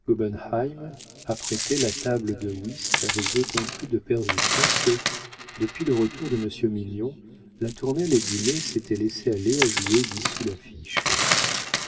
apprêtait la table de whist avec d'autant plus de persistance que depuis le retour de monsieur mignon latournelle et dumay s'étaient laissés aller à jouer dix